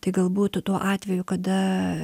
tai galbūt tuo atveju kada